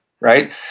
right